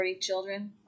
children